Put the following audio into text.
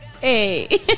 Hey